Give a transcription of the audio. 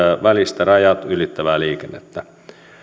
välistä rajat ylittävää liikennettä